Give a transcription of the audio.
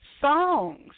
songs